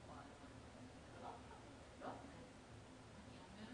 להצבעה את החוק אני רוצה להגיד